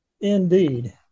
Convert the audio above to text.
Indeed